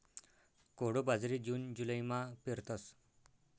कोडो बाजरी जून जुलैमा पेरतस